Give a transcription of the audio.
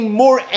more